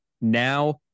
now